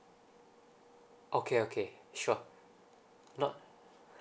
okay okay sure not